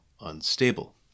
unstable